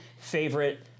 favorite